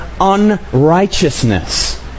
unrighteousness